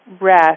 rest